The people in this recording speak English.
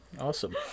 Awesome